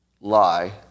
lie